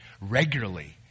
Regularly